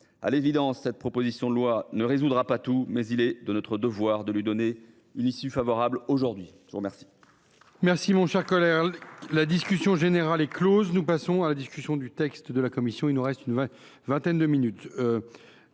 À l’évidence, cette proposition de loi ne résoudra pas tout, mais il est de notre devoir de lui donner une issue favorable. La discussion générale